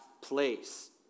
place